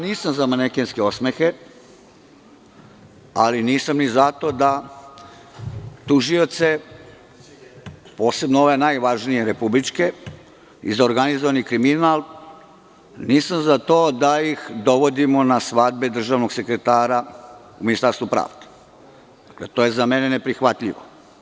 Nisam za manekenske osmehe, ali nisam ni zato da tužioce, posebno ove najvažnije republičke i za organizovani kriminal, nisam za to da ih dovodimo na svadbe državnog sekretara u Ministarstvu pravde, to je za mene neprihvatljivo.